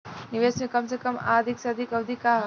निवेश के कम से कम आ अधिकतम अवधि का है?